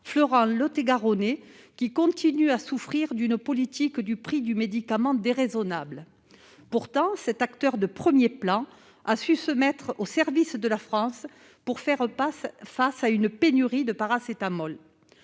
lot-et-garonnais qui continue à souffrir d'une politique déraisonnable du prix du médicament. Pourtant, cet acteur de premier plan a su se mettre au service de la France pour faire face à la pénurie de paracétamol.